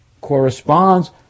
corresponds